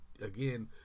again